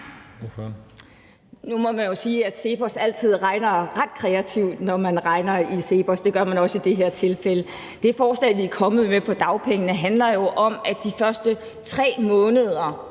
Nu må man jo sige, at CEPOS altid regner ret kreativt, når de regner. Det gør de også i det her tilfælde. Det forslag, vi er kommet med om dagpengene, handler jo om, at man, de første 3 måneder